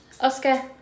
Oscar